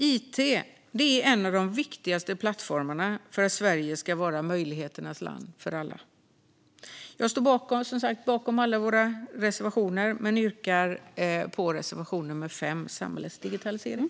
It är en av de viktigaste plattformarna för att Sverige ska vara möjligheternas land för alla. Jag står som sagt bakom alla våra reservationer, men jag yrkar bifall endast till reservation 5 om samhällets digitalisering.